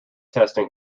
testing